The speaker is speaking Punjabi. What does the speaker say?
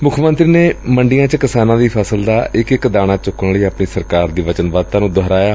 ਮੁੱਖ ਮੰਤਰੀ ਨੇ ਮੰਡੀਆਂ ਵਿੱਚ ਕਿਸਾਨਾਂ ਦੀ ਫ਼ਸਲ ਦਾ ਇਕ ਇਕ ਦਾਣਾ ਚੁੱਕਣ ਲਈ ਆਪਣੀ ਸਰਕਾਰ ਦੀ ਵਚਨਬੱਧਤਾ ਨੂੰ ਦੁਹਰਾਇਆ